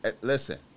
listen